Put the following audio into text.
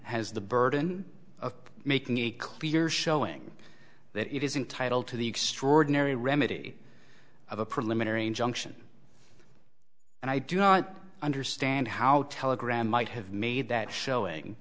has the burden of making it clear showing that it is entitle to the extraordinary remedy of a preliminary injunction and i do not understand how telegram might have made that showing